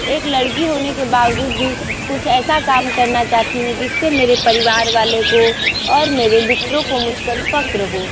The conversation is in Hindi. एक लड़की होने के बावजूद भी कुछ ऐसा काम करना चाहती हूँ जिस से मेरे परिवार वाले को और मेरे मित्रों को मुझ पर फ़क्र हो